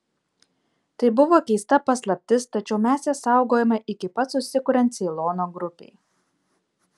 tai buvo keista paslaptis tačiau mes ją saugojome iki pat susikuriant ceilono grupei